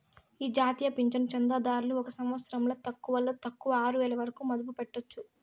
ఈ జాతీయ పింఛను చందాదారులు ఒక సంవత్సరంల తక్కువలో తక్కువ ఆరువేల వరకు మదుపు పెట్టొచ్చు